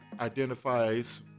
identifies